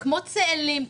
צאלים,